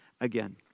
again